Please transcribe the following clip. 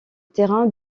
terrain